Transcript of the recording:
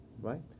right